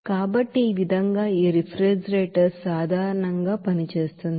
కాబట్టి ఈ విధంగా ఈ రిఫ్రిజిరేటర్ సాధారణంగా పనిచేస్తుంది